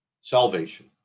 Salvation